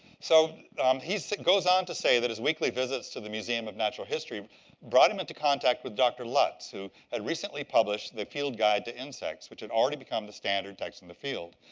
so he goes on to say that his weekly visits to the museum of natural history brought him into contact with dr. lutz who had recently published the field guide to insects, which had already become the standard text in the field.